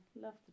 love